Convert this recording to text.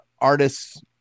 artists